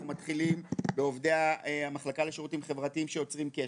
אנחנו מתחילים בעובדי המחלקה לשירותים חברתיים שיוצרים קשר.